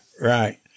Right